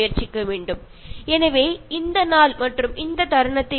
ഈ ദിവസത്തേക്കാൾ ഈ നിമിഷത്തെക്കാൾ നല്ല മറ്റൊരു ദിവസം ഇനി വരാനില്ല